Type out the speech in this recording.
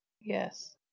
Yes